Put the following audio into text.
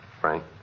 Frank